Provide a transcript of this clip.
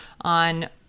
on